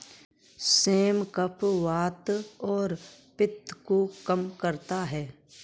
same कफ, वात और पित्त को कम करता है